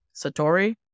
Satori